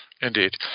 Indeed